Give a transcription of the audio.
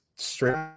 Straight